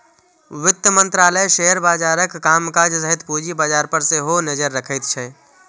वित्त मंत्रालय शेयर बाजारक कामकाज सहित पूंजी बाजार पर सेहो नजरि रखैत छै